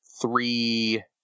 three